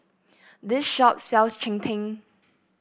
this shop sells Cheng Tng